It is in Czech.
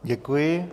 Děkuji.